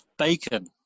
Bacon